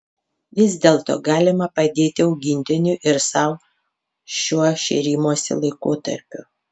vis dėlto galima padėti augintiniui ir sau šiuo šėrimosi laikotarpiu